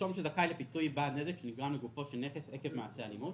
"נישום שזכאי לפיצוי בעד נזק שנגרם לגופו של נכס עקב מעשה אלימות"